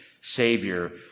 Savior